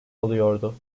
alıyordu